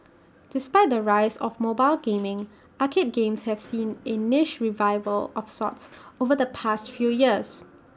despite the rise of mobile gaming arcade games have seen A niche revival of sorts over the past few years